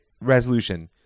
resolution